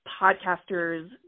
podcasters